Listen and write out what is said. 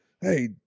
hey